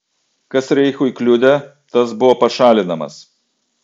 kas reichui kliudė tas buvo pašalinamas